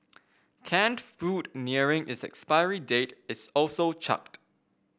canned food nearing its expiry date is also chucked